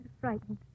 frightened